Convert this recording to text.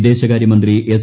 വിദേശകാര്യമന്ത്രി എസ്